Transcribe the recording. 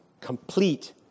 complete